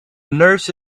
nurse